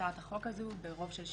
הצעת החוק הזו ברוב של 61,